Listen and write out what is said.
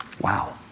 wow